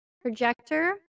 projector